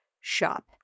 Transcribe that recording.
shop